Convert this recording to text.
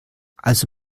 also